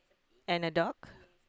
and a dog